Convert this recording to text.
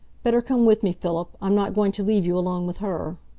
better come with me, philip. i'm not going to leave you alone with her.